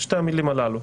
שתי המילים הללו,